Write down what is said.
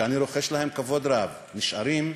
שאני רוחש להם כבוד רב, נשארים,